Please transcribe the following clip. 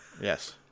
Yes